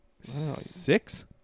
Six